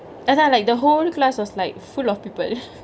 that's why like the whole class was like full of people